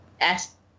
ask